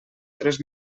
tres